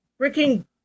freaking